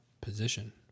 position